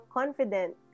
confident